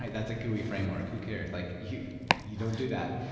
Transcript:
like that's a gui framework. who cares? like you you don't do that.